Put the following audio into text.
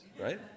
right